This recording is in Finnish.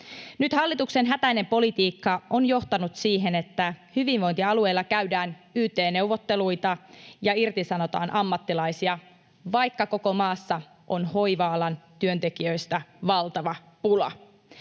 Nyt hallituksen hätäinen politiikka on johtanut siihen, että hyvinvointialueilla käydään yt-neuvotteluita ja irtisanotaan ammattilaisia, vaikka koko maassa on hoiva-alan työntekijöistä valtava pula.